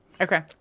Okay